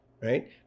right